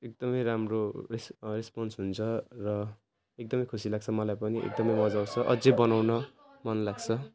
एकदमै राम्रो रेस् रेस्पोन्स हुन्छ र एकदमै खुसी लाग्छ मलाई पनि एकदमै मजा आउँछ अझै बनाउन मन लाग्छ